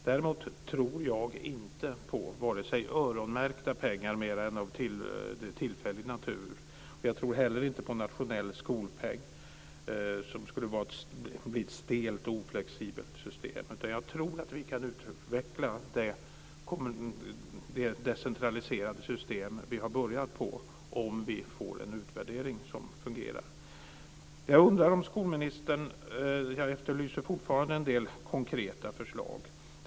Däremot tror jag inte på vare sig öronmärkta pengar, mer än av tillfällig natur, eller på nationell skolpeng. Det skulle bli ett stelt och oflexibelt system. Jag tror att vi kan utveckla det decentraliserade system vi har börjat med om vi får en utvärdering som fungerar. Jag efterlyser fortfarande en del konkreta förslag från skolministern.